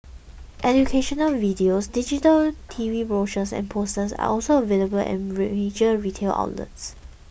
educational videos digital T V brochures and posters are also available at major retail outlets